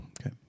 Okay